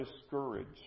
discouraged